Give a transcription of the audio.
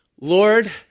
Lord